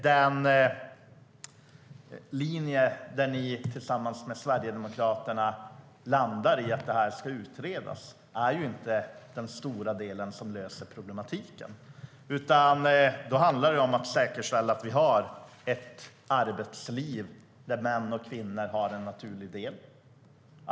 Den linje som Kristdemokraterna tillsammans med Sverigedemokraterna landar i, att frågan ska utredas, är inte det som löser problemet. Då handlar det om att säkerställa att vi har ett arbetsliv där män och kvinnor har en naturlig del.